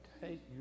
take